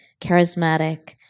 charismatic